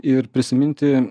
ir prisiminti